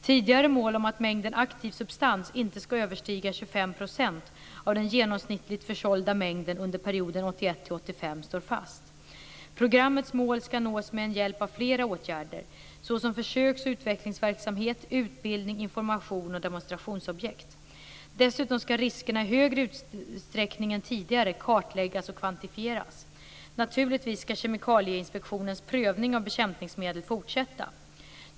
Tidigare mål om att mängden aktiv substans inte skall överstiga 25 % av den genomsnittligt försålda mängden under perioden 1981 1985 står fast. Programmets mål skall nås med hjälp av flera åtgärder såsom försöks och utvecklingsverksamhet, utbildning, information och demonstrationsobjekt. Dessutom skall riskerna i högre utsträckning än tidigare kartläggas och kvantifieras. Naturligtvis skall Kemikalieinspektionens prövning av bekämpningsmedel fortsätta.